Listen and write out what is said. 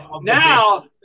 Now